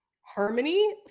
harmony